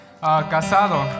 casado